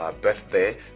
birthday